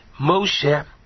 Moshe